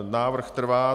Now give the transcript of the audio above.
Návrh trvá.